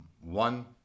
One